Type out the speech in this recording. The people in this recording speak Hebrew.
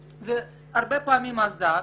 והרבה פעמים זה עזר.